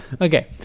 Okay